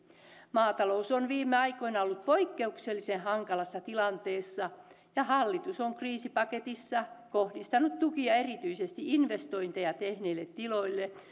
maatalous on viime aikoina ollut poikkeuksellisen hankalassa tilanteessa ja hallitus on kriisipaketissa kohdistanut tukia erityisesti investointeja tehneille tiloille